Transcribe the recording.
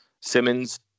Simmons